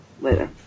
Later